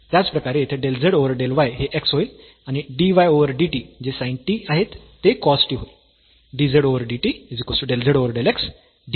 त्याचप्रकारे येथे del z over del y हे x होईल आणि dy ओव्हर dt जे sin t आहे ते cos t होईल